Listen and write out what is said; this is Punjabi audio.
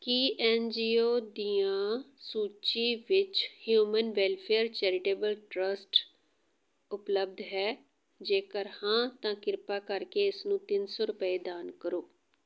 ਕੀ ਐਨ ਜੀ ਓ ਦੀਆਂ ਸੂਚੀ ਵਿੱਚ ਹਿਊਮਨ ਵੈਲਫ਼ੇਅਰ ਚੈਰੀਟੇਬਲ ਟ੍ਰਸਟ ਉਪਲਬਧ ਹੈ ਜੇਕਰ ਹਾਂ ਤਾਂ ਕਿਰਪਾ ਕਰਕੇ ਇਸ ਨੂੰ ਤਿੰਨ ਸੌ ਰੁਪਏ ਦਾਨ ਕਰੋ